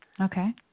Okay